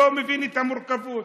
לא מבין את המורכבות.